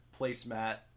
placemat